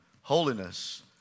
Holiness